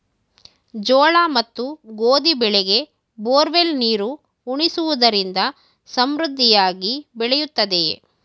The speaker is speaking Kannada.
ಜೋಳ ಮತ್ತು ಗೋಧಿ ಬೆಳೆಗೆ ಬೋರ್ವೆಲ್ ನೀರು ಉಣಿಸುವುದರಿಂದ ಸಮೃದ್ಧಿಯಾಗಿ ಬೆಳೆಯುತ್ತದೆಯೇ?